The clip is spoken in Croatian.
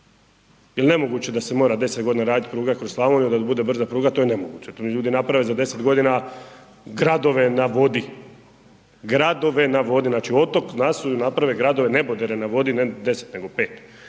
Jer nemoguće da se mora 10 godina raditi pruga kroz Slavoniju da bude brza pruga, to je nemoguće, to ljudi naprave za 10 godina gradove na vodi, gradove na vodi. Znači otok nasuju i naprave gradove, nebodere na vodi ne 10 nego 5.